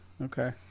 Okay